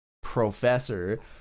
professor